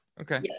okay